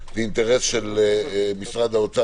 זה אינטרס של משרד האוצר,